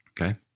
Okay